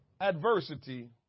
Adversity